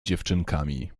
dziewczynkami